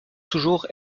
toujours